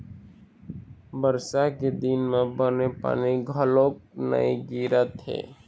बरसा के दिन म बने पानी घलोक नइ गिरत हे